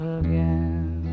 again